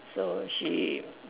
so she